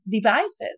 devices